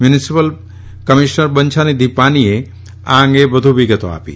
municipal Banchhanidhi પાનીએ આ અંગે વધુ વિગતો આપી